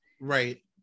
Right